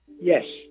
Yes